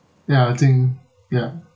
ya I think ya